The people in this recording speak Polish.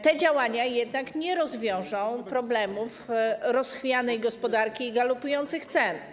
Te działania jednak nie rozwiążą problemów rozchwianej gospodarki i galopujących cen.